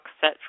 set